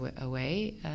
away